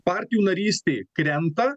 partijų narystė krenta